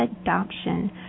adoption